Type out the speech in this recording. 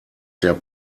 der